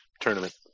tournament